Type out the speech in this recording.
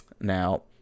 Now